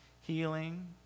Healing